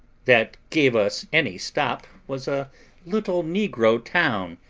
that gave us any stop, was a little negro town,